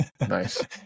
Nice